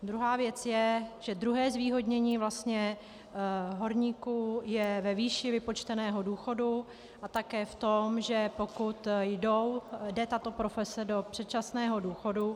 Druhá věc je, že druhé zvýhodnění horníků je ve výši vypočteného důchodu a také v tom, že pokud jde tato profese do předčasného důchodu...